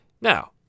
Now